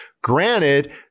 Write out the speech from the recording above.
Granted